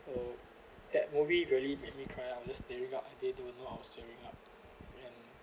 so that movie really make me cry out I just tearing up and they they will know I was tearing up and